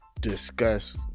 discuss